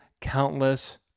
countless